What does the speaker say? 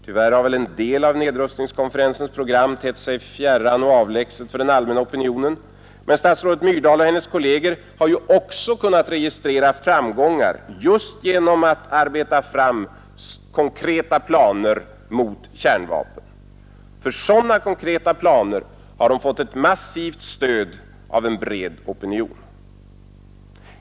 Tyvärr har nog en del av nedrustningskonferensens program tett sig fjärran och avlägset för allmänna opinionen, men statsrådet Myrdal och hennes kolleger har ju också kunnat registrera framgångar just genom att arbeta fram konkreta planer mot kärnvapen. För sådana konkreta planer har de fått massivt stöd av en bred opinion.